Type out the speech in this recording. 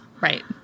right